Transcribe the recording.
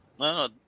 No